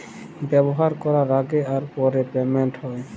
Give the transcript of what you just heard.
ব্যাভার ক্যরার আগে আর পরে পেমেল্ট হ্যয়